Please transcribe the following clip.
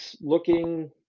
looking –